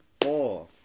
four